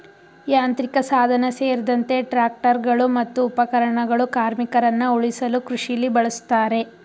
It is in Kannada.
ಯಾಂತ್ರಿಕಸಾಧನ ಸೇರ್ದಂತೆ ಟ್ರಾಕ್ಟರ್ಗಳು ಮತ್ತು ಉಪಕರಣಗಳು ಕಾರ್ಮಿಕರನ್ನ ಉಳಿಸಲು ಕೃಷಿಲಿ ಬಳುಸ್ತಾರೆ